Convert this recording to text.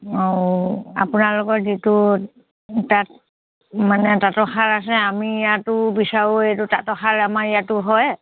অঁ আপোনালোকৰ যিটো তাঁত মানে তাঁতৰশাল আছে আমি ইয়াতো বিচাৰোঁ এইটো তাঁতৰশাল আমাৰ ইয়াতো হয়